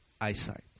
eyesight